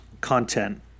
content